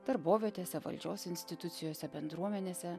darbovietėse valdžios institucijose bendruomenėse